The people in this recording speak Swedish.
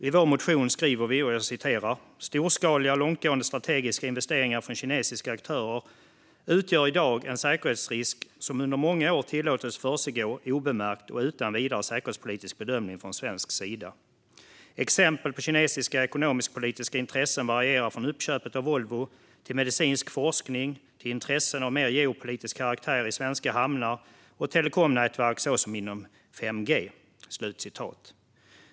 I vår motion skriver vi: "Storskaliga och långtgående strategiska investeringar från kinesiska aktörer utgör idag en säkerhetsrisk som under många år tillåtits försiggå obemärkt och utan vidare säkerhetspolitisk bedömning från svensk sida. Exempel på kinesiska ekonomisk-politiska intressen varierar från uppköpet av Volvo till medicinsk forskning, till intressen av mer geopolitisk karaktär i svenska hamnar och telekomnätverk såsom inom 5G."